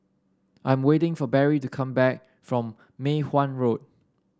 I'm waiting for Barry to come back from Mei Hwan Road